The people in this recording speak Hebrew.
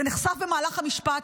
זה נחשף במהלך המשפט,